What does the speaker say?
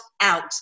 out